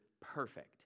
perfect